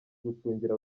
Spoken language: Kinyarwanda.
gucungira